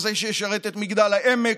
כזה שישרת את מגדל העמק,